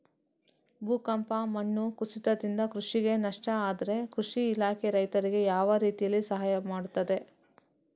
ಭೂಕಂಪ, ಮಣ್ಣು ಕುಸಿತದಿಂದ ಕೃಷಿಗೆ ನಷ್ಟ ಆದ್ರೆ ಕೃಷಿ ಇಲಾಖೆ ರೈತರಿಗೆ ಯಾವ ರೀತಿಯಲ್ಲಿ ಸಹಾಯ ಮಾಡ್ತದೆ?